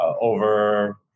over